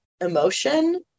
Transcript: emotion